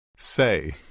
Say